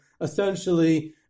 essentially